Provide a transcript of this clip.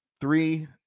three